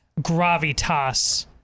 gravitas